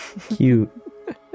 Cute